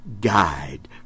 guide